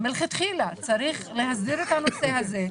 מלכתחילה צריך להסדיר את הנושא הזה,